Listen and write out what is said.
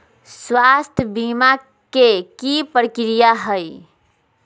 स्वास्थ बीमा के की प्रक्रिया है?